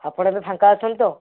ଆପଣ ଏବେ ଫାଙ୍କା ଅଛନ୍ତି ତ